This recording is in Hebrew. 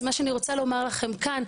אז מה שאני רוצה לומר לכם כאן,